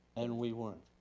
and we weren't.